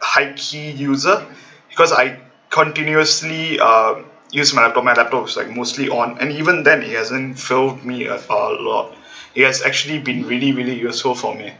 high key user because I continuously uh use my laptop my laptop was like mostly on and even then it hasn't failed me a a lot it has actually been really really useful for me